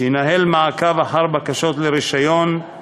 שינהל מעקב אחר בקשות לרישיון,